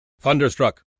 Thunderstruck